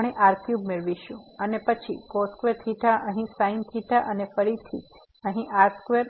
તેથી આપણે r3 મેળવીશું અને પછી અહીં sin theta અને ફરીથી અહીંr2